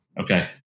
Okay